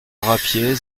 drapier